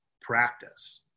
practice